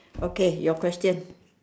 okay your question